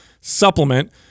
supplement